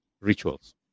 rituals